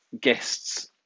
guests